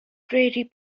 prairie